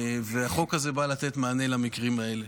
והחוק הזה בא לתת מענה למקרים האלה.